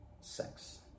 sex